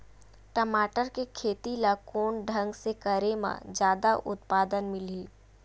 टमाटर के खेती ला कोन ढंग से करे म जादा उत्पादन मिलही?